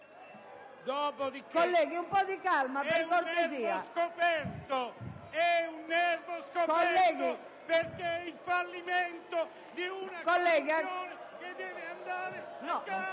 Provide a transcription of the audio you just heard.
scoperto, è un nervo scoperto, perché è il fallimento di una coalizione che deve andare a casa!